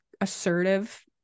assertive